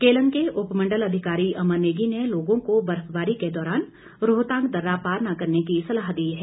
केलंग के उपमंडल अधिकारी अमर नेगी ने लोगों को बर्फबारी के दौरान रोहतांग दर्रा पार न करने की सलाह दी है